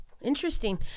Interesting